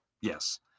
Yes